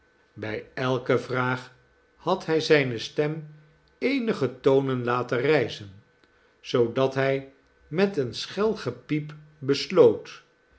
bij elke vraag had hij zijne stem eenige tonen laten rijzen zoodat hij met een schel gepiep besloot